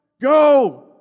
Go